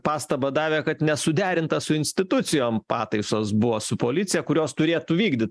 pastabą davė kad nesuderinta su institucijom pataisos buvo su policija kurios turėtų vykdyt